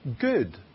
good